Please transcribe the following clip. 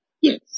Yes